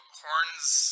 horns